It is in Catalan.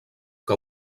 que